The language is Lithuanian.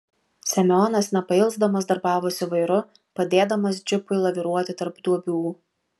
semionas nepailsdamas darbavosi vairu padėdamas džipui laviruoti tarp duobių